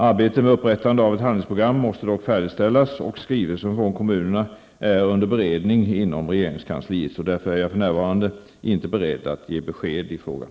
Arbetet med upprättande av ett handlingsprogram måste dock färdigställas, och skrivelsen från kommunerna är under beredning inom regeringskansliet. Därför är jag för närvarande ej beredd att ge besked i frågan.